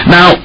Now